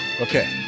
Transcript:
Okay